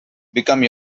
become